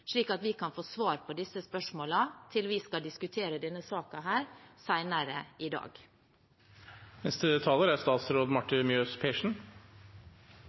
slik at vi kan få svar på disse spørsmålene til vi skal diskutere denne saken senere i